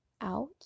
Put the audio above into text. out